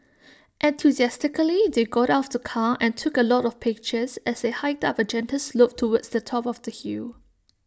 enthusiastically they got out of the car and took A lot of pictures as they hiked up A gentle slope towards the top of the hill